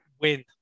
Win